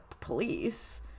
police